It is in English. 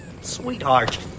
Sweetheart